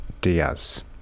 Diaz